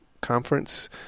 conference